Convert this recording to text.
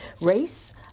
race